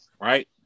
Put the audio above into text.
Right